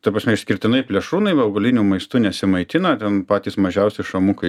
ta prasme išskirtinai plėšrūnai nu augaliniu maistu nesimaitina ten patys mažiausi šamukai